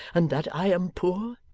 and that i am poor